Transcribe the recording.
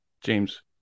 James